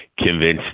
convinced